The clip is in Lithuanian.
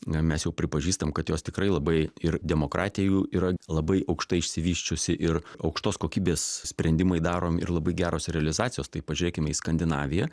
na mes jau pripažįstam kad jos tikrai labai ir demokratijų yra labai aukštai išsivysčiusi ir aukštos kokybės sprendimai darom ir labai geros realizacijos tai pažiūrėkim į skandinaviją